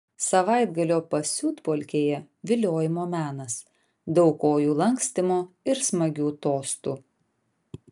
savaitgalio pasiutpolkėje viliojimo menas daug kojų lankstymo ir smagių tostų